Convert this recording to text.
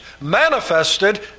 manifested